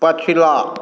पछिला